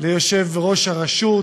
גברתי היושבת-ראש,